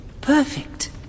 Perfect